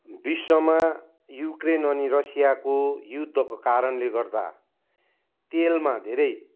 विश्वमा युक्रेन अनि रसियाको युद्धको कारणले गर्दा तेलमा धेरै